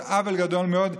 זה עוול גדול מאוד.